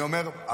אני אומר,